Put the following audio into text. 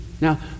Now